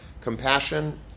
compassion